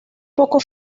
poco